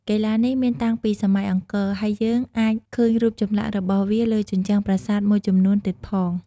កីឡានេះមានតាំងពីសម័យអង្គរ ហើយយើងអាចឃើញរូបចម្លាក់របស់វាលើជញ្ជាំងប្រាសាទមួយចំនួនទៀតផង។